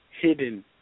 hidden